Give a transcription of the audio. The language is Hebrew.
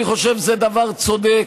אני חושב שזה דבר צודק,